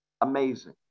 Amazing